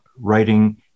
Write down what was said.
writing